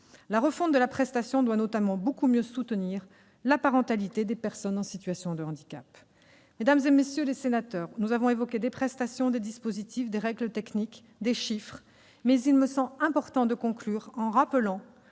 La refonte de la prestation doit notamment mieux soutenir la parentalité des personnes en situation de handicap. Mesdames, messieurs les sénateurs, nous avons évoqué des prestations, des dispositifs, des règles techniques et des chiffres, mais il me semble important de conclure en rappelant